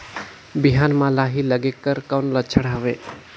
बिहान म लाही लगेक कर कौन लक्षण हवे?